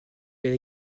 elle